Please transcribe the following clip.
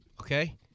okay